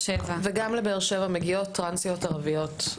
וגם לבאר שבע מגיעות טרנסיות ערביות.